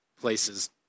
places